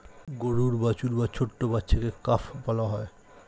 গরুর বাছুর বা ছোট্ট বাচ্ছাকে কাফ বলা হয়